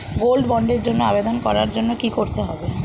Gold বন্ডের জন্য আবেদন করার জন্য কি করতে হবে?